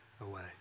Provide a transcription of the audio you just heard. away